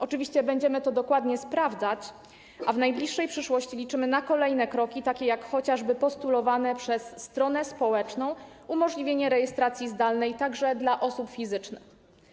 Oczywiście będziemy to dokładnie sprawdzać, a w najbliższej przyszłości liczymy na kolejne kroki, takie jak chociażby postulowane przez stronę społeczną umożliwienie zdalnej rejestracji pojazdu także osobom fizycznym.